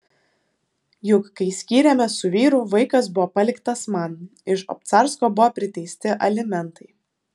juk kai skyrėmės su vyru vaikas buvo paliktas man iš obcarsko buvo priteisti alimentai